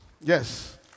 Yes